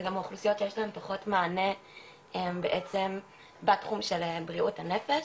זה גם האוכלוסיות שיש להן פחות מענה בעצם בתחום של בריאות הנפש.